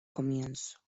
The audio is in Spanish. comienzo